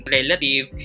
relative